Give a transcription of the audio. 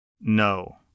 No